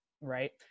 right